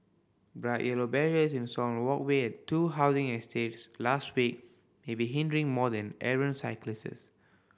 bright yellow barriers installed on walkway at two housing estates last week may be hindering more than errant cyclists